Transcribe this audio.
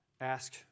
ask